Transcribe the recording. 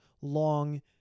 long